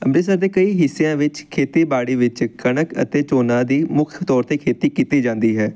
ਅੰਮ੍ਰਿਤਸਰ ਦੇ ਕਈ ਹਿੱਸਿਆਂ ਵਿੱਚ ਖੇਤੀਬਾੜੀ ਵਿੱਚ ਕਣਕ ਅਤੇ ਝੋਨਾ ਦੀ ਮੁੱਖ ਤੌਰ 'ਤੇ ਖੇਤੀ ਕੀਤੀ ਜਾਂਦੀ ਹੈ